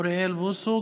אוריאל בוסו,